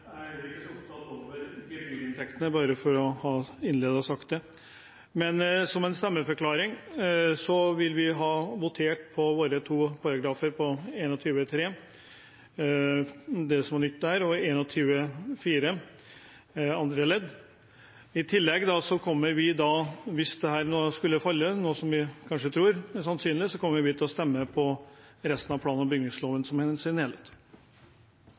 Jeg er heller ikke så opptatt av gebyrinntektene, bare for å innlede med å si det. Som en stemmeforklaring vil vi votere for våre paragrafer, § 21-3 og det som er nytt der, og § 21-4 andre ledd. Hvis dette nå skulle falle, noe vi tror er sannsynlig, kommer vi til å stemme for resten av plan- og bygningsloven i sin helhet.